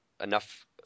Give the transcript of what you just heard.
enough